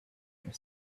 for